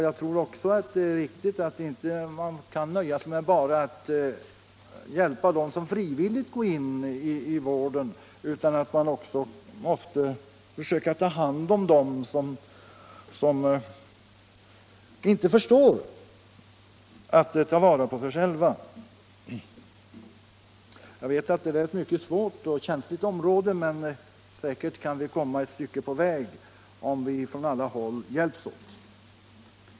Jag tror också att det är riktigt att man inte kan nöja sig med att bara hjälpa dem som frivilligt går in i vården utan att man också måste försöka ta hand om dem som inte förstår att ta vara på sig själva. Jag vet att detta är ett mycket svårt och känsligt område, men säkert kan vi komma ett stycke på väg om vi hjälps åt på alla håll.